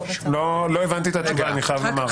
לא הבנתי את התשובה, אני חייב לומר.